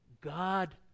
God